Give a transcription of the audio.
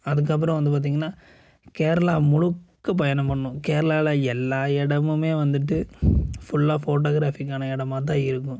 அதுக்கப்புறம் வந்து பார்த்தீங்கன்னா கேரளா முழுக்க பயணம் பண்ணணும் கேரளாவில் எல்லா இடமுமே வந்துட்டு ஃபுல்லாக ஃபோட்டோகிராஃபிக்கான இடமாதான் இருக்கும்